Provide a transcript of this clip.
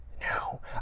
No